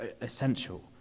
essential